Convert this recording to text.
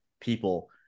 people